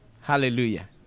Hallelujah